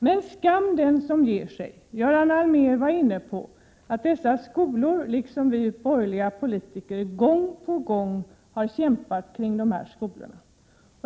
Men skam den som ger sig! Göran Allmér nämnde här att man vid nämnda skolor liksom vi borgerliga politiker hela tiden har kämpat för dessa skolor.